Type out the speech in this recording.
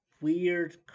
weird